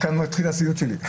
כאן מתחיל הסיוט שלי.